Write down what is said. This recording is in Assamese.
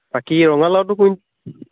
বাকী ৰঙালাওটো কুই